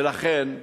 ולכן,